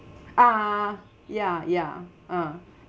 ah ya ya uh